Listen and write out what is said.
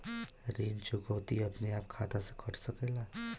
ऋण चुकौती अपने आप खाता से कट सकेला?